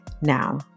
Now